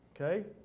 Okay